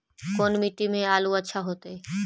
कोन मट्टी में आलु अच्छा होतै?